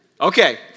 Okay